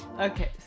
Okay